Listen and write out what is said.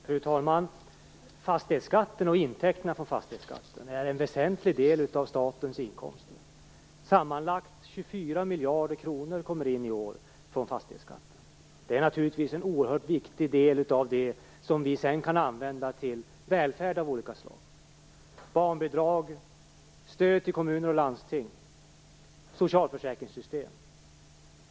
Fru talman! Fastighetsskatten och intäkterna från den är en väsentlig del av statens inkomster. Sammanlagt 24 miljarder kronor kommer in i år från fastighetsskatten. Det är naturligtvis en oerhört viktig del av det som vi sedan kan använda till välfärd av olika slag - barnbidrag, stöd till kommuner och landsting, socialförsäkringssystem m.m.